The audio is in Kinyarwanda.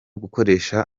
gukoresha